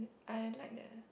I like that